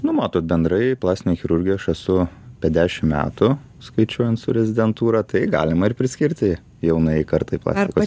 nu matot bendrai plastinėj chirurgijoj aš esu apie dešimt metų skaičiuojant su rezidentūra tai galima ir priskirti jaunajai kartai plastikos